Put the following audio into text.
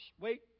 Wait